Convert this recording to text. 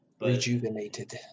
rejuvenated